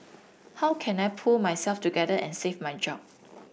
how can I pull myself together and save my job